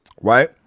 right